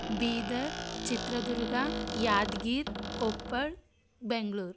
Bidar Chitradurga Yadgir Koppal Bengaluru